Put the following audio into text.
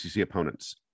opponents